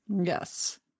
Yes